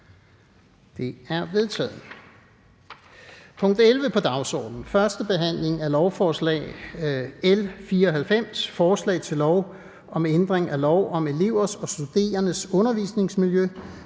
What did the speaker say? Det næste punkt på dagsordenen er: 11) 1. behandling af lovforslag nr. L 94: Forslag til lov om ændring af lov om elevers og studerendes undervisningsmiljø,